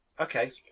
Okay